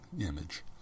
image